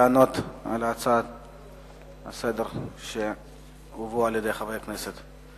לענות על ההצעות לסדר-היום שהובאו על-ידי חברי הכנסת.